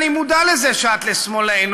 אני מודע לזה שאת לשמאלנו,